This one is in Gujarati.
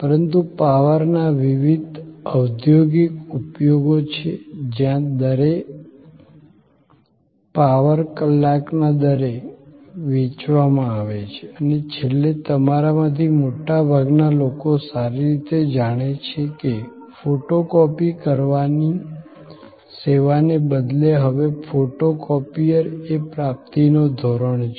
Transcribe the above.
પરંતુ પાવરના વિવિધ ઔદ્યોગિક ઉપયોગો છે જ્યાં દરે પાવર કલાકના દરે વેચવામાં આવે છે અને છેલ્લે તમારામાંથી મોટાભાગના લોકો સારી રીતે જાણે છે કે ફોટો કોપી કરવાની સેવાને બદલે હવે ફોટોકોપીયર એ પ્રાપ્તિનો ધોરણ છે